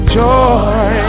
joy